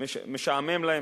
שמשעמם להם.